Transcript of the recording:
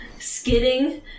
skidding